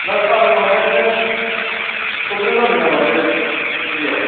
ना सार माबायानो प्रब्लेम जादों नामा बे दैयाव